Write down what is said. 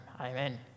Amen